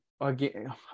Again